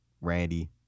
Randy